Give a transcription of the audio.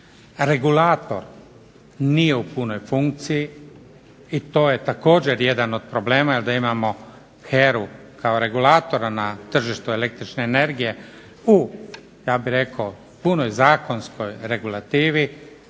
regulator nije u punoj funkciji i to je također jedan od problema jer da imamo HERA-u kao regulatora na tržištu električne energije ja bih rekao u punoj zakonskoj regulativi